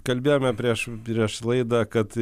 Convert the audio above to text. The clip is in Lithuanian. kalbėjome prieš prieš laidą kad